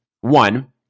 one